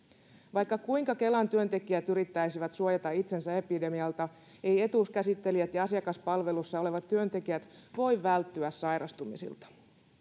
vaikka kuinka kelan työntekijät yrittäisivät suojata itsensä epidemialta eivät etuuskäsittelijät ja asiakaspalvelussa olevat työntekijät voi välttyä sairastumisilta